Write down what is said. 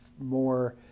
more